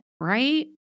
right